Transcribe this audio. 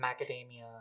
macadamia